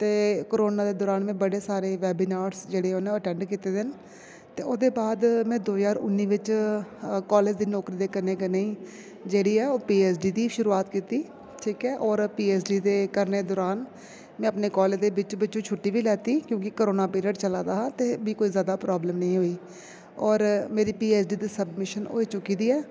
ते कोरोना दे दौरान में बड़े सारे बेबीनार जेह्ड़े ओह् अटेंड कीते दे न ते ओह्दे बाद में दो ज्हार उ'न्नी बिच कॉलेज दी नौकरी दे कन्नै कन्नै ई जेह्ड़ी ऐ ओह् पी एच डी दी शुरुआत कीती ठीक ऐ होर पी एच डी करने दे दौरान में अपने कॉलेज दे बिच बिच छुट्टी बी लैती क्योंकि कोरोना पीरियड चला दा हा ते मीं कोई जादा प्रॉब्लम निं होई होर मेरी पी एच डी दी सबमिशन होई चुकी दी ऐ